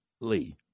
Lee